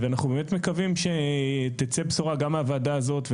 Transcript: ואנחנו באמת מקווים שתצא בשורה גם מהוועדה הזאת,